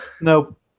Nope